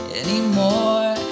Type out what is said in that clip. anymore